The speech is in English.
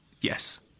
Yes